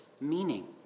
meaning